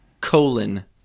colon